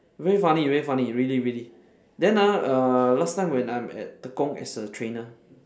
very funny very funny really really then ah uh last time when I'm at tekong as a trainer